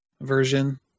version